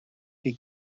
chi